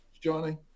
Johnny